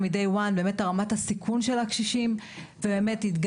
מהיום הראשון את רמת הסיכון של הקשישים והתגייסנו,